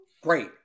Great